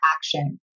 action